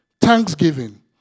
Thanksgiving